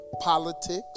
politics